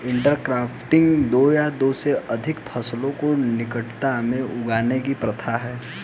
intercropping दो या दो से अधिक फसलों को निकटता में उगाने की प्रथा है